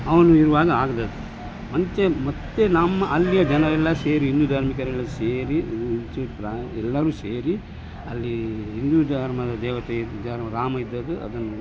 ಅವನು ಇರುವಾಗ ಆದದ್ದು ಮತ್ತೆ ಮತ್ತೆ ನಮ್ಮ ಅಲ್ಲಿಯ ಜನರೆಲ್ಲ ಸೇರಿ ಹಿಂದೂ ಧಾರ್ಮಿಕರೆಲ್ಲ ಸೇರಿ ಎಲ್ಲರೂ ಸೇರಿ ಅಲ್ಲಿ ಹಿಂದೂ ಧರ್ಮದ ದೇವತೆ ಇದು ದೇವರು ರಾಮ ಇದ್ದದ್ದು ಅದನ್ನು